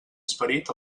esperit